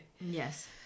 Yes